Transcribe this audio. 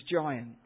giant